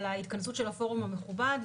על ההתכנסות של הפורום המכובד,